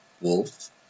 wolf